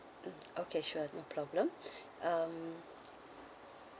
mmhmm okay sure no problem um